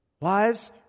Wives